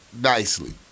nicely